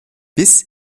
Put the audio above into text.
bis